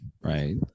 right